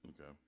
Okay